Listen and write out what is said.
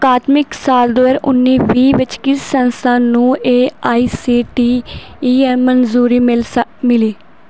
ਅਕਾਦਮਿਕ ਸਾਲ ਦੋ ਹਜ਼ਾਰ ਉੱਨੀ ਵੀਹ ਵਿੱਚ ਕਿਸ ਸੰਸਥਾ ਨੂੰ A I C T E ਮਨਜ਼ੂਰੀ ਮਿਲ ਸ ਮਿਲੀ